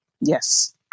Yes